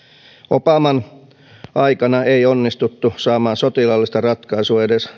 obaman aikana ei onnistuttu saamaan sotilaallista ratkaisua edes